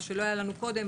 מה שלא היה לנו קודם,